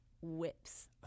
whips